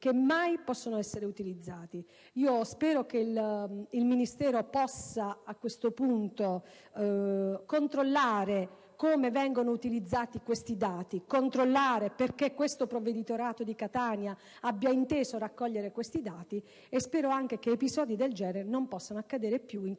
che mai possono essere utilizzati. Spero che il Ministero possa, a questo punto, controllare come vengono utilizzati tali dati e verificare perché il provveditorato di Catania abbia inteso raccoglierli. Spero anche che episodi del genere non possano più ripetersi in